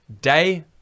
Day